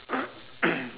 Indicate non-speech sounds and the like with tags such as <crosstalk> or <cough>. <coughs>